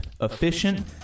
efficient